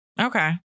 Okay